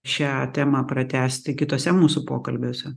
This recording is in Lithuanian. šią temą pratęsti kituose mūsų pokalbiuose